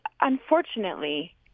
unfortunately